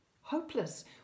Hopeless